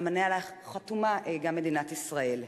אמנה שעליה חתומה גם מדינת ישראל.